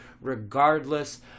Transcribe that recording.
regardless